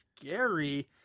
scary